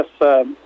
yes